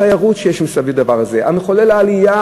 התיירות שיש סביב הדבר הזה, זה מחולל עלייה